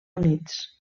units